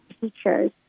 teachers